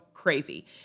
crazy